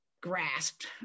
grasped